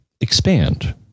expand